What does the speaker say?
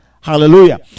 Hallelujah